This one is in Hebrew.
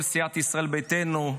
כל סיעת ישראל ביתנו,